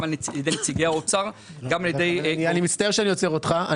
גם על ידי נציגי האוצר --- אני מצטער שאני עוצר אותך.